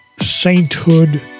sainthood